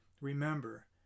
remember